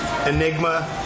Enigma